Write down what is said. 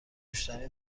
نوشیدنی